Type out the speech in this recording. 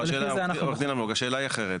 לא, עו"ד אלמוג, השאלה היא אחרת.